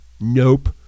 Nope